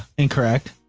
incorrect,